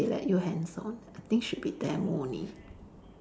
they let you hands on I think should be demo only